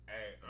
Hey